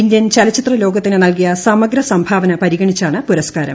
Indian ചലച്ചിത്രലോകത്തിന് നൽകിയ സമഗ്ര സംഭാവന പരിഗണിച്ചാണ് പുരസ്കാരം